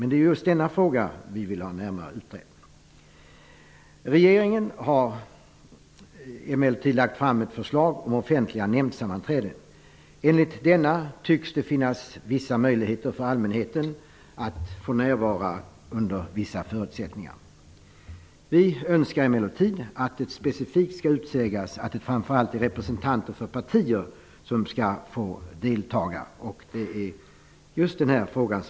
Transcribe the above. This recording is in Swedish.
Det är just denna fråga som vi vill ha närmare utredd. Regeringen har lagt fram ett förslag om offentliga nämndsammanträden. Enligt detta tycks det finnas vissa möjligheter för allmänheten att få närvara under vissa förutsättningar. Vi önskar emellertid att det specifikt skall utsägas att det framför allt är representanter för partier som skall få delta.